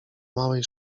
małej